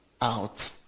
out